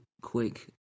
quick